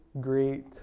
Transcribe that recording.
great